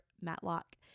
Matlock